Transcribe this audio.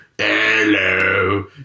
hello